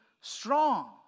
strong